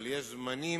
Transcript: אבל יש זמנים